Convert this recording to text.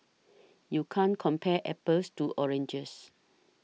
you can't compare apples to oranges